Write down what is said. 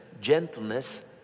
gentleness